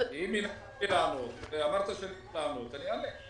אני אענה.